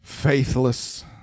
Faithless